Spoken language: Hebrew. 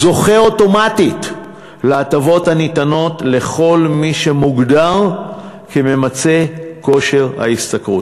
זוכה אוטומטית להטבות הניתנות לכל מי שמוגדר כממצה כושר ההשתכרות.